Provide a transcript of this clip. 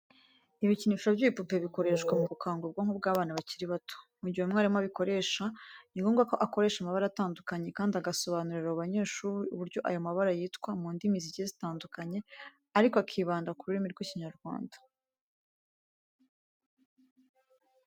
Ibikinisho by'ibipupe bikoreshwa mu gukangura ubwonko bw'abana bakiri bato, mu gihe umwarimu abikoresha, ni ngombwa ko akoresha amabara atandukanye kandi agasobanurira abo banyeshuri uburyo ayo mabara yitwa mu ndimi zigiye zitandukanye ariko akibanda ku rurimi rw'Ikinyarwanda.